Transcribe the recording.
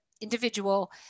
individual